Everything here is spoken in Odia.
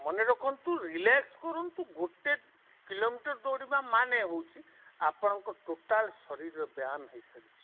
ମନେ ରଖନ୍ତୁ ରିଲାକ୍ସ୍ କରନ୍ତୁ ଗୋଟେ କିଲୋମିଟର୍ ଦୌଡ଼ିବା ମାନେ ହେଉଛି ଆପଣଙ୍କ ଟୋଟାଲ୍ ଶରୀରର ବ୍ୟାୟାମ ହୋଇସାରିଛିି